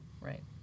right